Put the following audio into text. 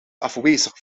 afwezig